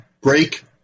break